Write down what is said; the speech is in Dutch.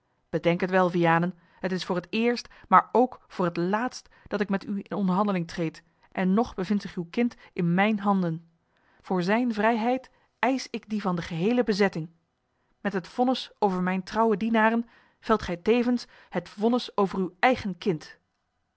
bedenk het wel vianen t is voor het eerst maar ook voor het laatst dat ik met u in onderhandeling treed en nog bevindt zich uw kind in mijne handen voor zijne vrijheid eisch ik die van de geheele bezetting met het vonnis over mijne trouwe dienaren velt gij tevens het vonnis over uw eigen kind